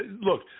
look